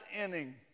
inning